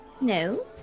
No